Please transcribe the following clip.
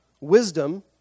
wisdom